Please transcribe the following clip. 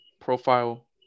profile